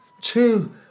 two